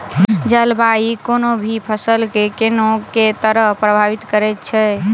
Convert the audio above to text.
जलवायु कोनो भी फसल केँ के तरहे प्रभावित करै छै?